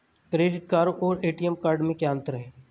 Credit card और ATM card में क्या अंतर है?